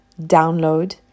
download